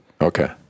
Okay